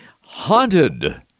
Haunted